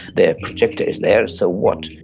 the projector is there. so what?